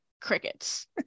crickets